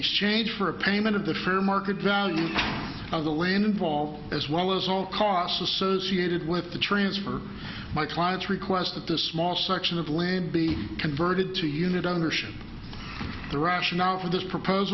exchange for a payment of the fair market value of the land involved as well as all costs associated with the transfer my clients request that the small section of land be converted to unit under the rationale for this propos